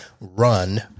run